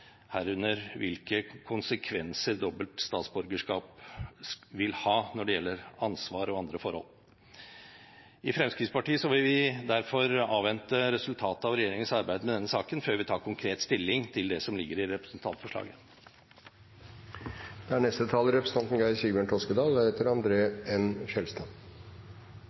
herunder hvilke konsekvenser dobbelt statsborgerskap vil ha når det gjelder ansvar og andre forhold. Fremskrittspartiet vil derfor avvente resultatet av regjeringens arbeid med denne saken før vi tar konkret stilling til det som ligger i